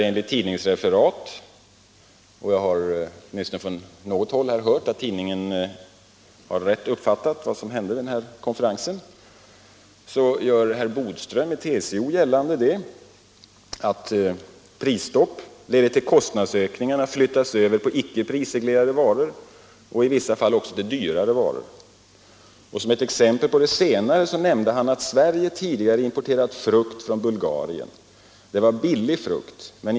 Enligt tidningsreferat — och jag har från åtminstone något håll här hört att tidningen har riktigt uppfattat vad som hände på den konferensen — gör herr Bodström i TCO gällande att ett prisstopp medför att kostnadsökningarna flyttas över på icke prisreglerade varor och i vissa fall också flyttas till dyrare varor. Som ett exempel på det senare fallet nämnde han att Sverige tidigare importerat billig frukt från Bulgarien.